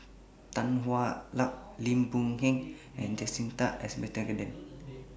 Tan Hwa Luck Lim Boon Heng and Jacintha Abisheganaden